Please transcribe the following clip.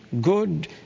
Good